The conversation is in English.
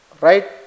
right